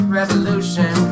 revolution